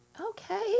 Okay